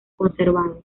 conservado